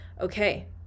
okay